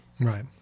Right